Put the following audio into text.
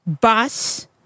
bus